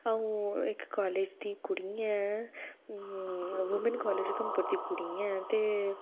अ'ऊं इक कालेज दी कुड़ी ऐं उधमपूर कालेज दी कुड़ी ऐं ते